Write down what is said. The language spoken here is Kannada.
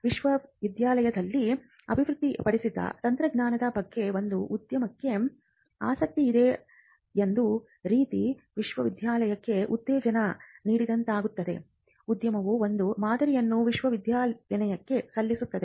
ವಿಶ್ವವಿದ್ಯಾಲಯದಲ್ಲಿ ಅಭಿವೃದ್ಧಿಪಡಿಸಿದ ತಂತ್ರಜ್ಞಾನದ ಬಗ್ಗೆ ಒಂದು ಉದ್ಯಮಕ್ಕೆ ಆಸಕ್ತಿಯಿದ್ದರೆ ಅದು ಒಂದು ರೀತಿ ವಿಶ್ವವಿದ್ಯಾಲಯಕ್ಕೆ ಉತ್ತೇಜನ ನೀಡಿದಂತಾಗುತ್ತದೆ ಉದ್ಯಮವು ಒಂದು ಮಾದರಿಯನ್ನು ವಿಶ್ವವಿದ್ಯಾನಿಲಯಕ್ಕೆ ಸಲ್ಲಿಸುತ್ತದೆ